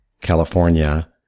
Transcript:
California